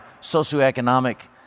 socioeconomic